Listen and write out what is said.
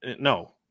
no